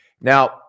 Now